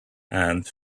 and